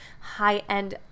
high-end